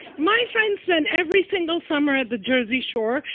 my friend spent every single summer at the jersey shore,